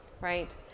Right